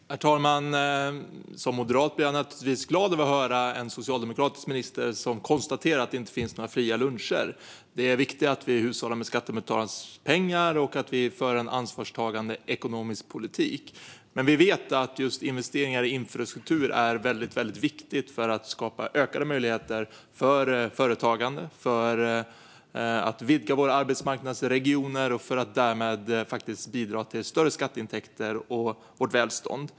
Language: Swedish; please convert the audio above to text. Herr talman! Som moderat blir jag naturligtvis glad över att höra en socialdemokratisk minister konstatera att det inte finns några fria luncher. Det är viktigt att vi hushållar med skattebetalarnas pengar och att vi för en ansvarstagande ekonomisk politik. Men vi vet att just investeringar i infrastruktur är väldigt viktiga för att skapa ökade möjligheter för företagande och för att vidga våra arbetsmarknadsregioner och därmed bidra till större skatteintäkter och vårt välstånd.